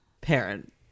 parent